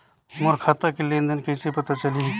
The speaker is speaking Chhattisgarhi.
मोर खाता के लेन देन कइसे पता चलही?